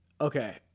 okay